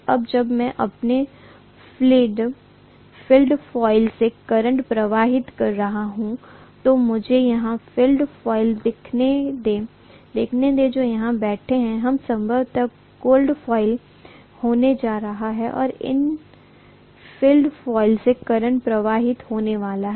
अब जब मैं अपने फील्ड कॉइल से करंट प्रवाहित कर रहा हूं तो मुझे यहां फील्ड कॉइल दिखाने दें जो यहां बैठे हैं यह संभवतः फील्ड कॉइल्स होने जा रहा है और इन फील्ड कॉइल्स से करंट प्रवाहित होने वाला है